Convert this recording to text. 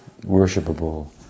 worshipable